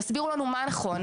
תסבירו לנו מה נכון,